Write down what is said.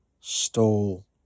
Stole